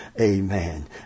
amen